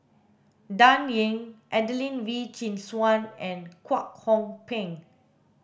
Dan Ying Adelene Wee Chin Suan and Kwek Hong Png